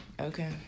okay